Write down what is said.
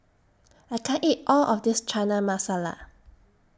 I can't eat All of This Chana Masala